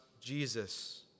Jesus